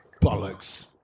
Bollocks